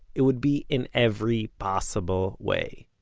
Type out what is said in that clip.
it would be in every possible way.